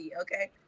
okay